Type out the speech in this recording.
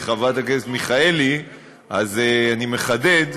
אבל במקום לבוא ולתת הצעות חוק איך אחרי 50 שנה אני מתחיל לחשוב